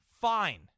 fine